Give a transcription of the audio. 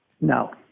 no